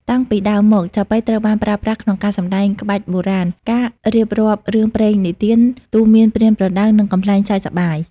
តាំងពីដើមមក ចាប៉ីត្រូវបានប្រើប្រាស់ក្នុងការសម្តែងក្បាច់បុរាណ ការរៀបរាប់រឿងព្រេងនិទាន ទូន្មានប្រៀនប្រដៅ និងកំប្លែងសើចសប្បាយ។